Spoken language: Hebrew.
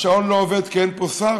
השעון לא עובד כי אין פה שר?